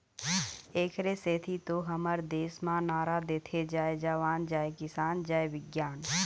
एखरे सेती तो हमर देस म नारा देथे जय जवान, जय किसान, जय बिग्यान